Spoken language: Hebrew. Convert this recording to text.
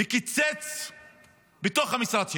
קיצץ בתוך המשרד שלו,